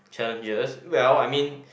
challenges well I mean